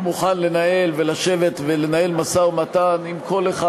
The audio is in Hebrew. הוא מוכן לשבת ולנהל משא-ומתן עם כל אחד.